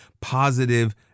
positive